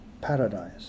Paradise